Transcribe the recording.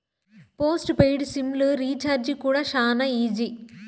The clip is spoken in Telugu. పోస్ట్ పెయిడ్ సిమ్ లు రీచార్జీ కూడా శానా ఈజీ